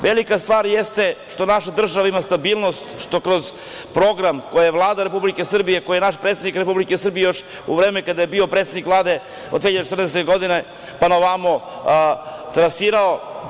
Velika stvar jeste što naša država ima stabilnost, što kroz program koji je Vlada Republike Srbije, koji je naš predsednik Republike Srbije još u vreme kada je bio predsednik Vlade od 2014. godine pa na ovamo finansirao.